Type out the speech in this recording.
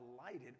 alighted